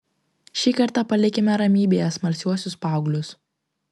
šį kartą palikime ramybėje smalsiuosius paauglius